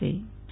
Nehal Thakkar